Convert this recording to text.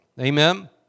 Amen